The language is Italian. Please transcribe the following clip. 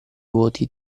voti